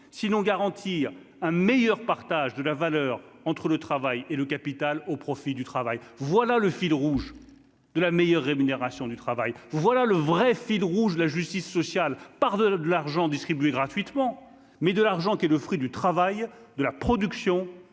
sinon garantir un meilleur partage de la valeur entre le travail et le capital au profit du travail, voilà le fil rouge de la meilleure rémunération du travail, voilà le vrai fil rouge, la justice sociale par de l'argent distribué gratuitement, mais de l'argent qu'est le fruit du travail. De la production